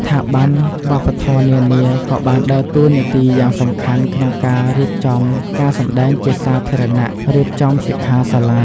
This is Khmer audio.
ស្ថាប័នវប្បធម៌នានាក៏បានដើរតួនាទីយ៉ាងសំខាន់ក្នុងការរៀបចំការសម្តែងជាសាធារណៈ រៀបចំសិក្ខាសាលា